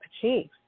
achieve